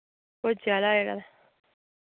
भुर्जे आह्ला जेह्ड़ा